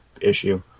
issue